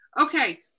okay